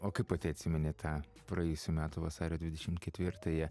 o kaip pati atsimeni tą praėjusių metų vasario dvidešimt ketvirtąją